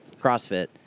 CrossFit